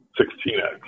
16x